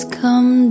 come